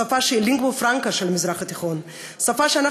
שפה שהיא לינגואה פרנקה של המזרח התיכון,